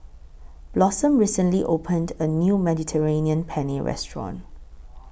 Blossom recently opened A New Mediterranean Penne Restaurant